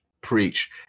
Preach